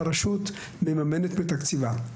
הרשות מממנת מתקציבה.